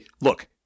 look